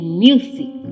music